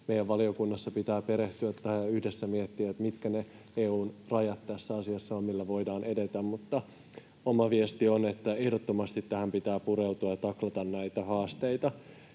pitää valiokunnassa perehtyä tähän ja yhdessä miettiä, mitkä ne EU:n rajat tässä asiassa ovat, millä voidaan edetä. Mutta oma viestini on, että ehdottomasti tähän pitää pureutua ja taklata näitä haasteita.